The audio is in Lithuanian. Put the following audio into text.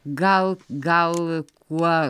gal gal kuo